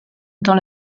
dans